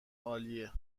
عالیه